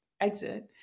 exit